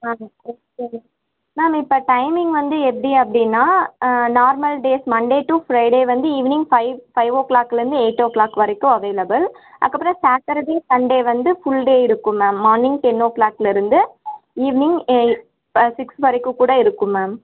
ma'am இப்போ timing வந்து எப்படி அப்படின்னா normal days Monday to Friday வந்து ஈவினிங் ஃபை ஃபைவ் ஓ கிளாக்லேருந்து எயிட் ஓ க்ளாக் வரைக்கும் அவைலபிள் அப்போக்கூட சேட்டர்டே சண்டே வந்து ஃபுல் டே இருக்கும் மேம் மார்னிங் டென் ஓ கிளாக்கில் இருந்து ஈவினிங் சிக்ஸ் வரைக்கும் கூட இருக்கும் மேம்